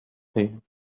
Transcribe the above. same